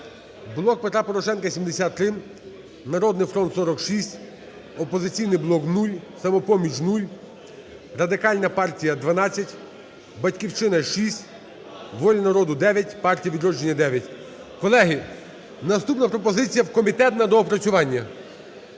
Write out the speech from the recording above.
"Блок Петра Порошенка" – 73, "Народний фронт" – 46, "Опозиційний блок" – 0, "Самопоміч" – 0, Радикальна партія – 12, "Батьківщина" – 6, "Воля народу" – 9, "Партія Відродження" – 9. Колеги, наступна пропозиція – в комітет на доопрацювання.